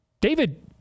David